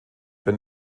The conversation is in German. wenn